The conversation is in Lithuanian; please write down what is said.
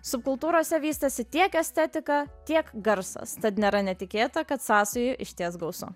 subkultūrose vystėsi tiek estetika tiek garsas tad nėra netikėta kad sąsajų išties gausu